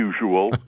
usual